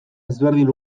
ezberdin